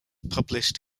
published